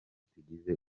tugize